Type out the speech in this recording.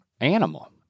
animal